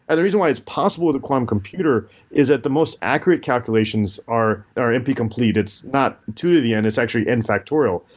and the reason why it's possible with a quantum computer is that the most accurate calculations are are np complete. it's not two to the n. it's actually n-factorial,